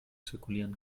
zirkulieren